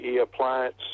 Appliance